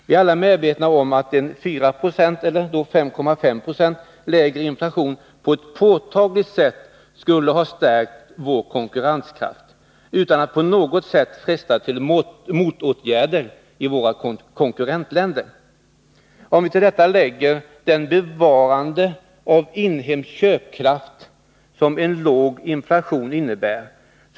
Vi är alla medvetna om att en inflation som hade varit 4 96, eller 5,5 2, lägre på ett påtagligt sätt skulle ha stärkt vår konkurrenskraft, utan att det på något sätt skulle fresta till motåtgärder i våra konkurrentländer. Om vi till detta lägger bevarandet av inhemsk köpkraft. som en låg inflation innebär.